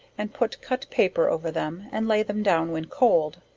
and put cut paper over them, and lay them down when cold.